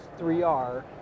3R